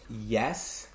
Yes